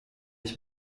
ich